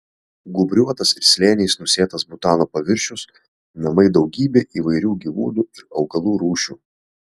gūbriuotas ir slėniais nusėtas butano paviršius namai daugybei įvairių gyvūnų ir augalų rūšių